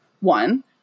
One